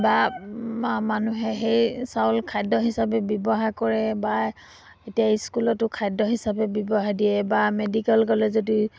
বা মা মানুহে সেই চাউল খাদ্য হিচাপে ব্যৱহাৰ কৰে বা এতিয়া স্কুলতো খাদ্য হিচাপে ব্যৱহাৰ দিয়ে বা মেডিকেল কলেজতো